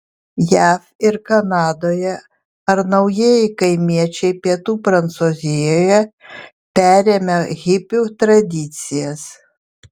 jav ir kanadoje ar naujieji kaimiečiai pietų prancūzijoje perėmę hipių tradicijas